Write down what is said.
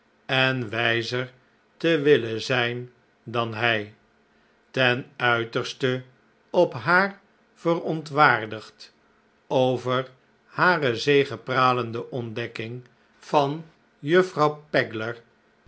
en wijzer te willen zijn dan hij ten uiterste op haar verontwaardigd over hare zegepralende ontdekking van juffrouw pegler